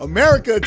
America